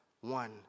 one